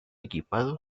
equipado